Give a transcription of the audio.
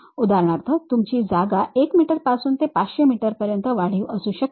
उदाहरणार्थ तुमची जागा 1 मीटरपासून ते 500 मीटरपर्यंत वाढीव असू शकते